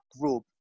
group